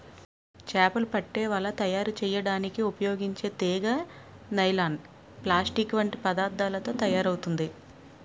చేపలు పట్టే వల తయారు చేయడానికి ఉపయోగించే తీగ నైలాన్, ప్లాస్టిక్ వంటి పదార్థాలతో తయారవుతుంది